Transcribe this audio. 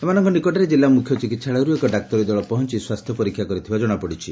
ଏମାନଙ୍କ ନିକଟରେ ଜିଲ୍ଲା ମୁଖ୍ୟ ଚିକିହାଳୟରୁ ଏକ ଡାକ୍ତରୀ ଦଳ ପହଞ୍ ସ୍ୱାସ୍ଥ୍ ପରୀକ୍ଷା କରିଥିବା ଜଶାଯାଇଛି